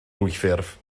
dwyffurf